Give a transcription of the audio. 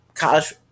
college